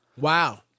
Wow